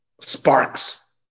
sparks